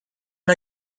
and